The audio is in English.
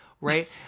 right